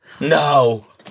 No